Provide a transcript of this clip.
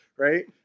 Right